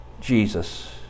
Jesus